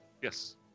Yes